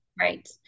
right